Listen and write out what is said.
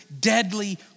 deadly